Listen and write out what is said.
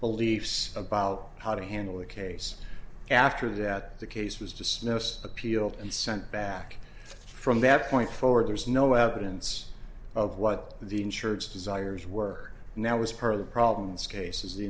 beliefs about how to handle the case after that the case was dismissed appealed and sent back from that point forward there's no evidence of what the insurance desires were now was part of the problems cases the